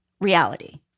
reality